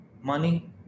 money